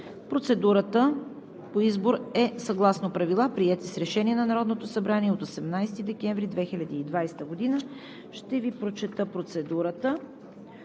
Процедурата по избор е съгласно Правила, приети с Решение на Народното събрание от 18 декември 2020 г. Ще Ви прочета процедурата.